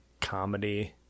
comedy